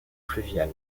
fluvial